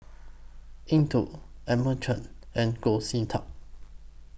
Eng Tow Edmund Chen and Goh Sin Tub